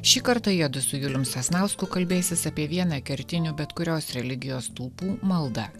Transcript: šį kartą jiedu su julium sasnausku kalbėsis apie vieną kertinių bet kurios religijos stulpų maldą